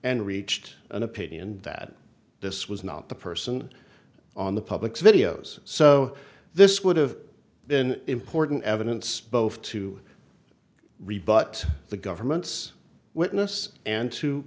and reached an opinion that this was not the person on the public's videos so this would have been important evidence both to rebut the government's witness and to